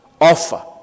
offer